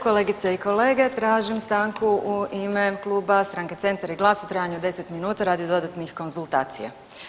Kolegice i kolege, tražim stanku u ime Kluba stranke Centar i GLAS u trajanju od 10 minuta radi dodatnih konzultacija.